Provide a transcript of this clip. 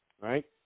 right